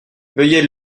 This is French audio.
veuillez